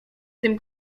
tym